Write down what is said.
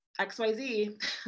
XYZ